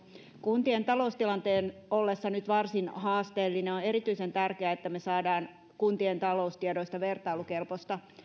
kuntien taloustilanteen ollessa nyt varsin haasteellinen on erityisen tärkeää että me saamme kuntien taloustiedoista vertailukelpoista